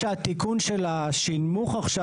שהתיקון של השנמוך עכשיו,